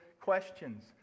questions